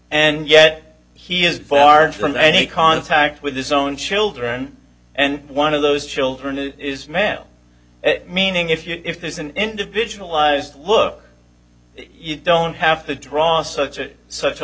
and yet he is barred from any contact with his own children and one of those children is male meaning if you if there's an individualized look you don't have to draw such a such a